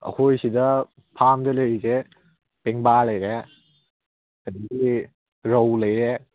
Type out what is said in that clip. ꯑꯩꯈꯣꯏ ꯁꯤꯗ ꯐꯥꯔꯝꯗ ꯂꯩꯔꯤꯁꯦ ꯄꯦꯡꯕꯥ ꯂꯩꯔꯦ ꯑꯗꯒꯤ ꯔꯧ ꯂꯩꯔꯦ